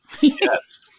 yes